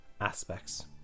aspects